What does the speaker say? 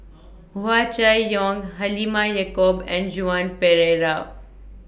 Hua Chai Yong Halimah Yacob and Joan Pereira